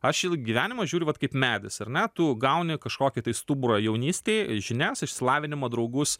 aš į gyvenimą žiūriu vat kaip medis ar ne tu gauni kažkokį tai stuburą jaunystėj žinias išsilavinimą draugus